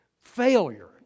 failure